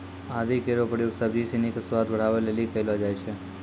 आदि केरो प्रयोग सब्जी सिनी क स्वाद बढ़ावै लेलि कयलो जाय छै